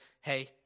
hey